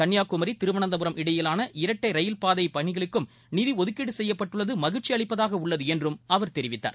கள்ளியாகுமரி திருவனந்தபுரம் இடையிலான இரட்டை ரயில் பாதை பணிகளுக்கும் நிதி ஒதுக்கீடு செய்யப்பட்டுள்ளது மகிழ்ச்சி அளிப்பதாக உள்ளது என்றும் அவர் தெரிவித்தார்